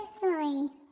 personally